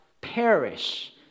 perish